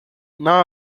não